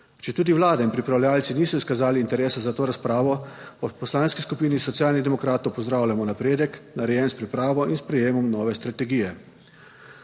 Četudi Vlada in pripravljavci niso izkazali interesa za to razpravo v Poslanski skupini Socialnih demokratov pozdravljamo napredek, narejen s pripravo in sprejemom nove strategije.